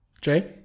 Jay